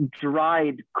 dried